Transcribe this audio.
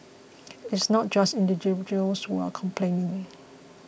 it's not just individuals who are complaining